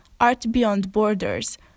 ArtBeyondBorders